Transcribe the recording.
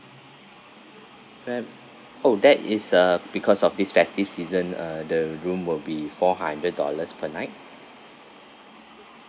uh oh that is uh because of this festive season uh the room will be four hundred dollars per night